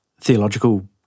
theological